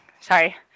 sorry